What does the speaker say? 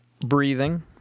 breathing